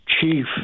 chief